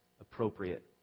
appropriate